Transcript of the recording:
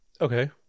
Okay